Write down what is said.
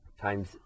times